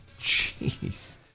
Jeez